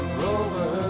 rover